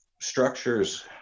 structures